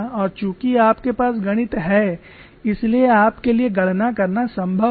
और चूंकि आपके पास गणित है इसलिए आपके लिए गणना करना संभव है